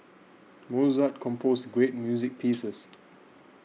Mozart composed great music pieces